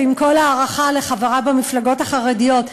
ועם כל ההערכה לחברי במפלגות החרדיות,